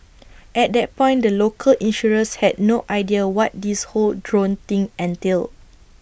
at that point the local insurers had no idea what this whole drone thing entailed